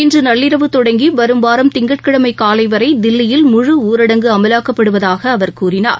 இன்று நள்ளிரவு தொடங்கி வரும் வாரம் திங்கட்கிழமை காலை வரை தில்லியில் முழு ஊரடங்கு அமலாக்கப்படுவதாக அவர் கூறினார்